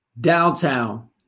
downtown